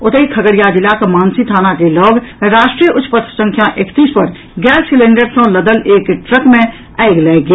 ओतहि खगड़िया जिलाक मानसी थाना के लऽग राष्ट्रीय उच्च पथ संख्य एकतीस पर गैस सिलेंडर सँ लदल एक ट्रक मे आगि लागि गेल